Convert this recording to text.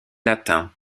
latins